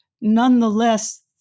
nonetheless